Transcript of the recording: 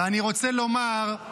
ואני רוצה לומר,